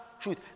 truth